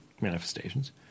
manifestations